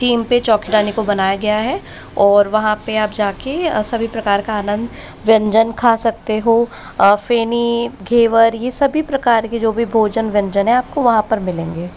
theme पे चौकीडानी को बनाया गया है और वहाँ पर आप जाकर सभी प्रकार का आनंद व्यंजन खा सकते हो फेनी घेवर यह सभी प्रकार के जो भी भोजन व्यंजन हैं आपको वहाँ पर मिलेंगे